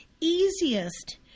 easiest